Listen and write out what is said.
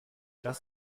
das